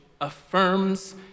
affirms